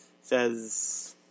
says